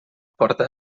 porta